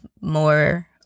more